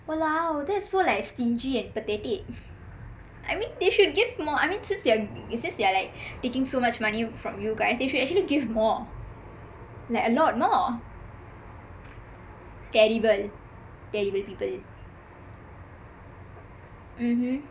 !walao! that's so like stingy and pathetic I mean they should give more I mean since they are since they are like taking so much money from you guys they should actually give more like alot more terrible terrible people mmhmm